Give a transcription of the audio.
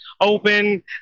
open